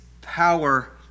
power